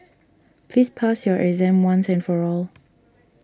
please pass your exam once and for all